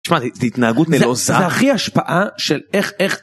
התנהגות נלוזה. זה הכי השפעה של איך איך.